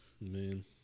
man